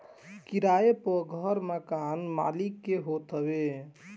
किराए पअ घर मकान मलिक के होत हवे